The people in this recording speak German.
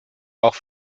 auch